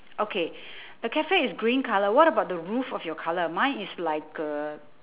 okay the cafe is green colour what about the roof of your colour mine is like uh